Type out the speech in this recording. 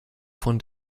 von